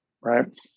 right